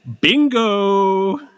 Bingo